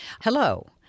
Hello